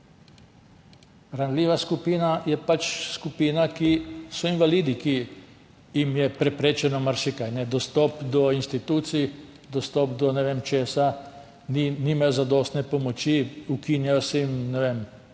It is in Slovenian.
Ranljiva skupina je skupina, kot so invalidi, ki jim je preprečeno marsikaj, dostop do institucij, dostop do ne vem česa, nimajo zadostne pomoči, ukinjajo se jim, ne vem,